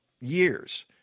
years